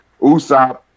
Usopp